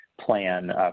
plan